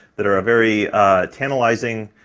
that are a very tantalizing